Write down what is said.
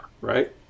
Right